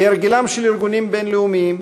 כהרגלם של ארגונים בין-לאומיים,